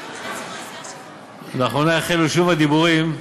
לאחרונה החלו שוב הדיבורים,